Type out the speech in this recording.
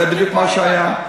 זה בדיוק מה שהיה.